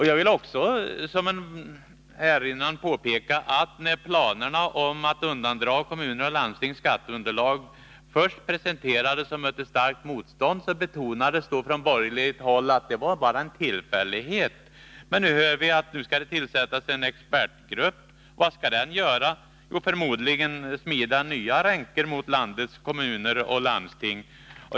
Jag vill också erinra om att när planerna på att undandra kommuner och landsting skatteunderlag först presenterades och mötte starkt motstånd, så betonades från borgerligt håll att det bara var en tillfällighet. Men nu hör vi att det skall tillsättas en expertgrupp. Vad skall den göra? Förmodligen skall den smida nya ränker mot landets kommuner och landsting.